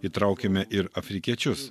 įtraukėme ir afrikiečius